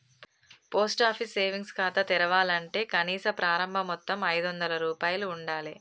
post office savings ఖాతా తెరవాలంటే కనీస ప్రారంభ మొత్తం ఐదొందల రూపాయలు ఉండాలె